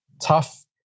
tough